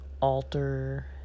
alter